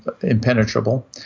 impenetrable